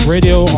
Radio